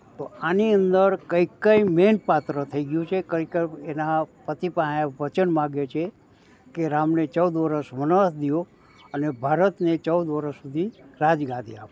તો આની અંદર કૈકેયી મેન પાત્ર થઈ ગયું છે કૈકેયી એના પતિ પાસે વચન માંગે છે રામને ચૌદ વર્ષ વનવાસ આપો અને ભરતને ચૌદ વર્ષ સુધી રાજગાદી આપો